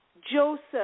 Joseph